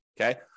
okay